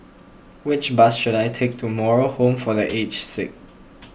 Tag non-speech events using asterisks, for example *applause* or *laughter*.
which bus should I take to Moral Home for *noise* the Aged Sick